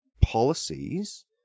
policies